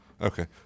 Okay